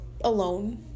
alone